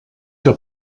que